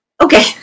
Okay